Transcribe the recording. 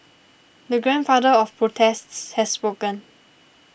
the Grandfather of protests has spoken